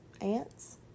ants